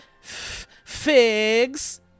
Figs